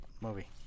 movie